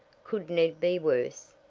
could ned be worse?